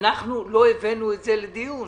אנחנו לא הבאנו את זה לדיון.